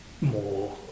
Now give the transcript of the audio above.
more